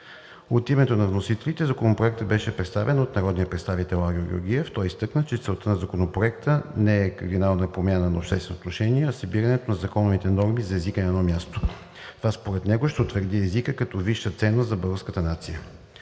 От името на вносителите Законопроектът беше представен от народния представител Ангел Георгиев. Той изтъкна, че целта на Законопроекта не е кардинална промяна на обществените отношения, а събирането на законовите норми за езика на едно място. Това според него ще утвърди езика като висша ценност за българската нация.